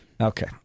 Okay